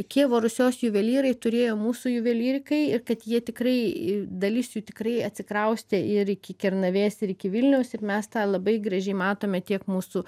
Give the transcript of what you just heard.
kijevo rusios juvelyrai turėjo mūsų juvelyrikai ir kad jie tikrai dalis jų tikrai atsikraustė ir iki kernavės ir iki vilniaus ir mes tą labai gražiai matome tiek mūsų